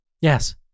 Yes